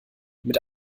mit